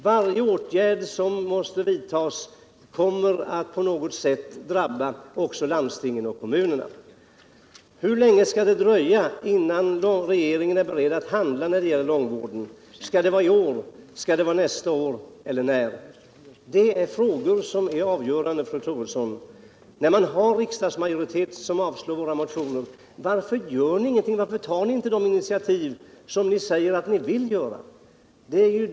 Varje åtgärd som måste vidtas kommer att på något sätt drabba också landstingen och kommunerna. Hur känge skall det dröja innan regeringen är beredd att handla när det gäller långvården? Skall det bli i år, skall det bli nästa år eller när? När ni har en riksdagsmajoritet som avslår våra motioner, varför gör ni då ingenting, varför tar ni inte de initiativ som ni säger att ni vill ta?